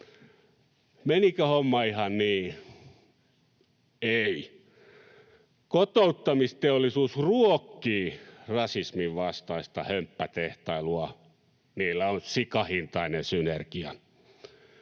Menikö homma ihan niin? Ei. Kotouttamisteollisuus ruokkii rasismin vastaista hömppätehtailua, niillä on sikahintainen synergia.